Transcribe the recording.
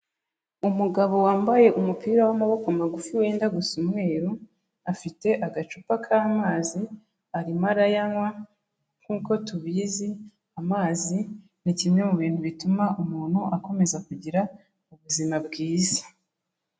Umugabo wambaye umupira w'amaboko magufi wenda gusa umweru, afite agacupa k'amazi arimo arayanywa, nkuko tubizi amazi ni kimwe mu bintu bituma umuntu akomeza kugira ubuzima bwiza.